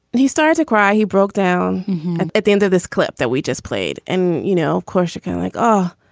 and he started to cry. he broke down at the end of this clip that we just played. and, you know, of course you can like, oh,